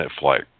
flight